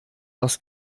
das